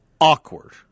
awkward